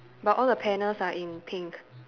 but all the panels are in pink